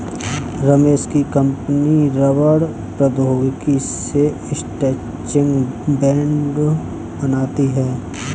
रमेश की कंपनी रबड़ प्रौद्योगिकी से स्ट्रैचिंग बैंड बनाती है